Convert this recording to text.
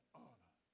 honor